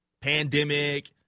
pandemic